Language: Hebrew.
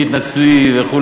תתנצלי וכו',